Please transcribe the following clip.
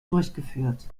durchgeführt